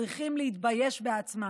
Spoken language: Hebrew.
צריכים להתבייש בעצמם.